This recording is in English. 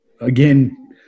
again